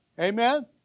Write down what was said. Amen